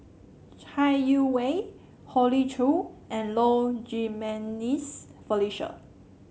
Chai Yee Wei Hoey Choo and Low Jimenez Felicia